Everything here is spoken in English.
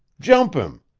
jump him.